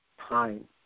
time